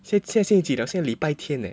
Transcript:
现在现在及了现在礼拜天 leh